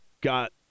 got